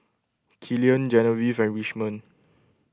Killian Genevieve and Richmond